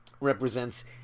represents